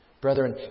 Brethren